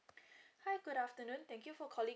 hi good afternoon thank you for calling